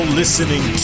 listening